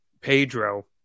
pedro